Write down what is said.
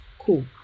cool